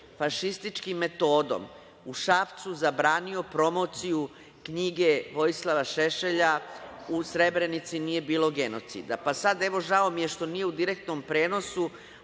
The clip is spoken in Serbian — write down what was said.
fašističkom metodom u Šapcu zabranio promociju knjige Vojislava Šešelja „U Srebrenici nije bilo genocida“.Sad, evo žao mi je što nije u direktnom prenosu,